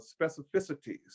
specificities